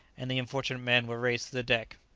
and the unfortunate men were raised to the deck.